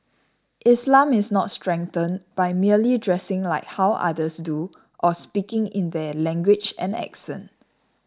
Islam is not strengthened by merely dressing like how others do or speaking in their language and accent